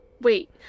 wait